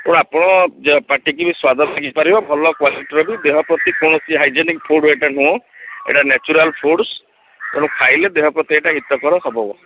ତ ଆପଣଙ୍କ ପାଟିକୁ ବି ସ୍ଵାଦ ଲାଗିପାରିବ ଭଲ କ୍ୱାଲିଟିର ବି ଦେହ ପ୍ରତି କୌଣସି ହାଇଯେନିକ୍ ଫୁଡ଼୍ ଏଟା ନୁହଁ ଏଟା ନ୍ୟାଚୁରାଲ୍ ଫୁଡ୍ସ ତେଣୁ ଖାଇଲେ ଦେହ ପ୍ରତି ଏଟା ହିତକର ହବ